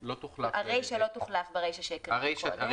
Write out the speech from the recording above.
הרישה לא תוחלף ברישה שהקראנו קודם.